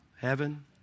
heaven